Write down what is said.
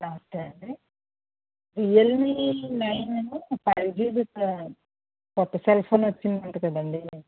నమస్తే అండి Realme nine five G with కొత్త సెల్ ఫోన్ వచ్చింది అంట కదండి